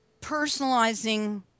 personalizing